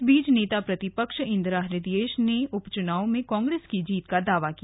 इस बीच नेता प्रतिपक्ष इंदिरा हृदयेश ने उपचुनाव में कांग्रेस की जीत का दावा किया